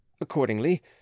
Accordingly